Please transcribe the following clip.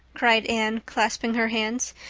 cried anne, clasping her hands,